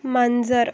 मांजर